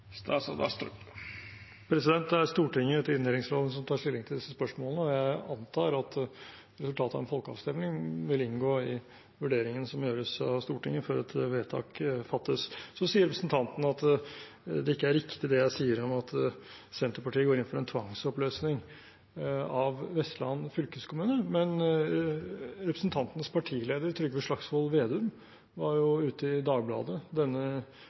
Det er Stortinget etter inndelingsloven som tar stilling til disse spørsmålene, og jeg antar resultatet av en folkeavstemning vil inngå i vurderingen som gjøres av Stortinget før et vedtak fattes. Så sier representanten at det ikke er riktig det jeg sier om at Senterpartiet går inn for en tvangsoppløsning av Vestland fylkeskommune. Men representantens partileder, Trygve Slagsvold Vedum, var jo ute i Dagbladet denne